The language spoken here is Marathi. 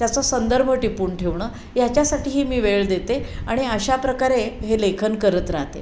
त्याचा संदर्भ टिपून ठेवणं ह्याच्यासाठीही मी वेळ देते आणि अशा प्रकारे हे लेखन करत राहते